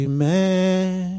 Amen